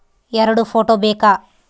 ಎರಡು ಫೋಟೋ ಬೇಕಾ?